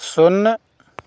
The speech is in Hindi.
शून्य